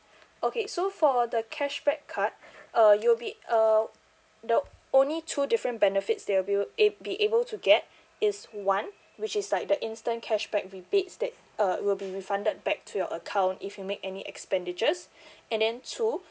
okay so for the cashback card uh you'll be uh the only two different benefits that will be it be able to get is one which is like the instant cashback rebates that uh it will be refunded back to your account if you make any expenditures and then two